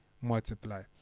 multiply